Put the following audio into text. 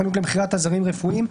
חנות למכירת עזרים רפואיים,